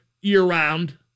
year-round